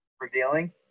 revealing